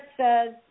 says